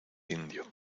indio